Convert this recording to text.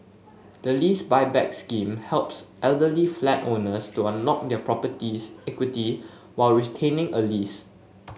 the Lease Buyback Scheme helps elderly flat owners to unlock their property's equity while retaining a lease